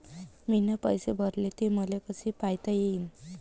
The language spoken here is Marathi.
मीन पैसे भरले, ते मले कसे पायता येईन?